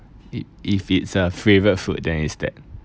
it if it's a favorite food then is that